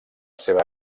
seva